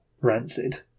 rancid